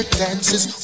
dances